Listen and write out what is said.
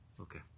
Okay